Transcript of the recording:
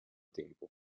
tempo